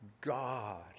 God